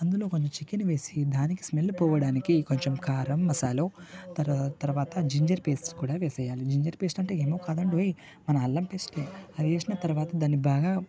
అందులో కొంచెం చికెన్ వేసి దానికి స్మెల్ పోవడానికి కొంచెం కారం మసాల తర్వాత జంజర్ పేస్ట్ కూడా వేసేయాలి జింజర్ పేస్ట్ అంటే ఏవో కాదండోయ్ మనం అల్లం పేస్టే అది వేసిన తర్వాత దాన్ని బాగా